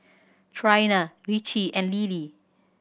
Trina Ricci and Lilie